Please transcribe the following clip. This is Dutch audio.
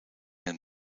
een